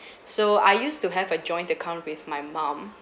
so I used to have a joint account with my mom